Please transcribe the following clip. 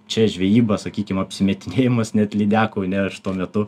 čia žvejyba sakykim apsimetinėjimas net lydekų neršto metu